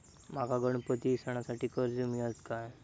माका गणपती सणासाठी कर्ज मिळत काय?